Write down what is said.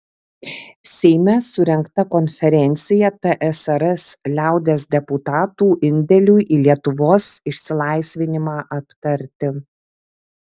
seime surengta konferencija tsrs liaudies deputatų indėliui į lietuvos išsilaisvinimą aptarti